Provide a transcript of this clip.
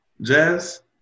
Jazz